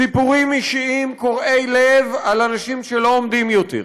סיפורים אישיים קורעי לב על אנשים שלא עומדים בזה יותר.